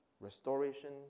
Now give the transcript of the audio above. restoration